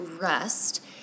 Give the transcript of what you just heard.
rest